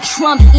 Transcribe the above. Trump